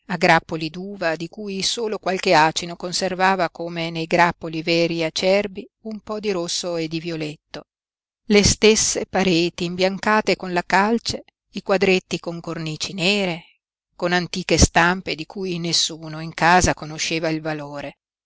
a grappoli d'uva di cui solo qualche acino conservava come nei grappoli veri acerbi un po di rosso e di violetto le stesse pareti imbiancate con la calce i quadretti con cornici nere con antiche stampe di cui nessuno in casa conosceva il valore